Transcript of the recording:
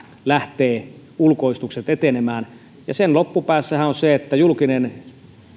lähtevät ulkoistukset etenemään ja sen loppupäässähän on se että julkinen